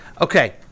Okay